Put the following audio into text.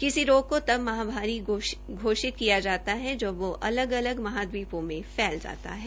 किसी रोग को तब महामारी घोषित किया जाता है जब वो अलग अलग माहद्वीपों में फैल जाता है